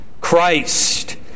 Christ